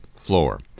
floor